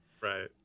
Right